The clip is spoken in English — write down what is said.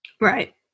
Right